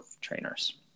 trainers